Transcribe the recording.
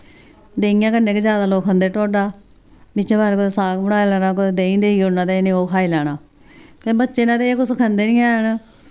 देहियें कन्नै गै ज्यादा लोक खंदे ढोडा बिच्चें पारै कुतै साग बनाई लैना कुतै देहीं देई ओड़ना ते इ'नें ओह् खाई लैना ते बच्चे न ते एह् कुछ खंदे नि हैन